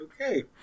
Okay